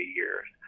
years